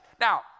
Now